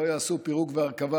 ולא יעשו פירוק והרכבה,